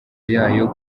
yayo